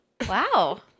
Wow